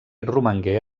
romangué